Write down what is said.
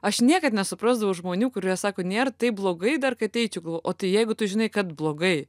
aš niekad nesuprasdavau žmonių kurie sako nėr taip blogai dar kad eičiau o tai jeigu tu žinai kad blogai